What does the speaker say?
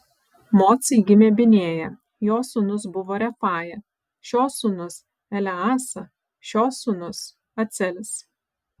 mocai gimė binėja jo sūnus buvo refaja šio sūnus eleasa šio sūnus acelis